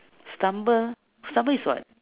stumble stumble is what